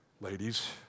ladies